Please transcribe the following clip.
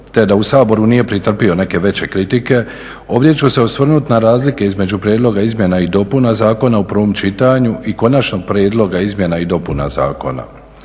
te da u Saboru nije pretrpio neke veće kritike ovdje ću se osvrnut na razlike između prijedloga izmjena i dopuna zakona u prvom čitanju i konačnog prijedloga izmjena i dopuna zakona.